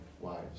wives